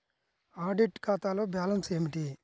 Audit ఖాతాలో balance ఏమిటీ?